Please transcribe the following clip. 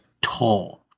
tall